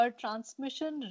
transmission